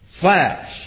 flash